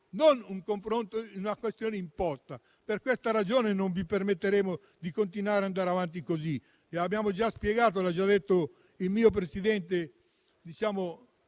su una questione imposta. Per questa ragione, non vi permetteremo di continuare ad andare avanti così. Lo abbiamo già spiegato, l'ha già detto il mio Presidente